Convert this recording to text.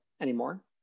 anymore